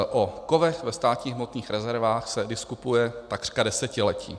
O kovech ve státních hmotných rezervách se diskutuje takřka desetiletí.